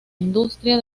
industria